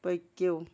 پٔکِو